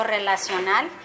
relacional